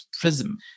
prism